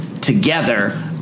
together